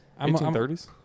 1830s